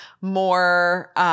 more